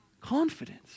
confidence